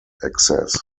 access